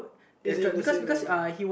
it's in the same level lah